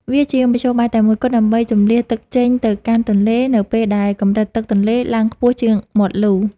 វាជាមធ្យោបាយតែមួយគត់ដើម្បីជម្លៀសទឹកចេញទៅកាន់ទន្លេ នៅពេលដែលកម្រិតទឹកទន្លេឡើងខ្ពស់ជាងមាត់លូ។